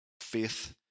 Faith